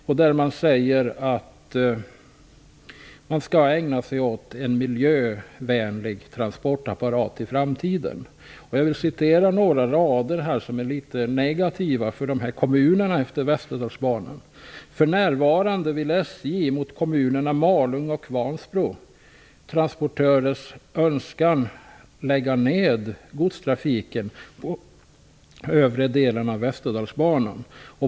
Där säger man att man skall ägna sig åt en miljövänlig transportapparat i framtiden. Jag vill återge några rader som är litet negativa för kommunerna längs Västerdalsbanan: För närvarande vill SJ mot kommunerna Malung och Vansbro transportörers önskan lägga ned godstrafiken på övre delen av Västerdalsbanan.